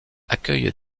accueille